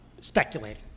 speculating